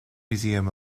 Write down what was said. museum